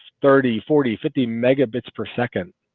thirty forty fifty megabits per second